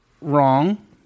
wrong